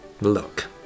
Look